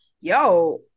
yo